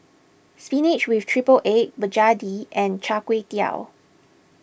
Spinach with Triple Egg Begedil and Char Kway Teow